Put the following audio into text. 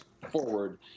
forward